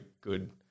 good